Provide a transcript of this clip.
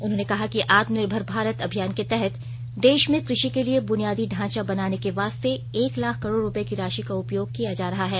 उन्होंने कहा कि आत्मनिर्भर भारत अभियान के तहत देश में कृषि के लिए बुनियादी ढाँचा बनाने के वास्ते एक लाख करोड़ रुपये की राशि का उपयोग किया जा रहा है